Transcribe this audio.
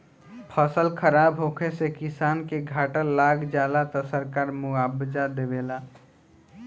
फसल खराब होखे से किसान के घाटा लाग जाला त सरकार मुआबजा देवेला